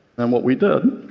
and what we did